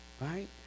right